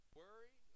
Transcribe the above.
worry